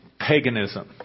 paganism